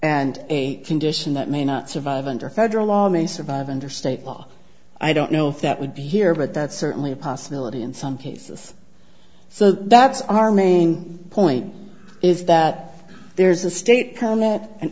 and a condition that may not survive under federal law may survive under state law i don't know if that would be here but that's certainly a possibility in some cases so that's our main point is that there's a state com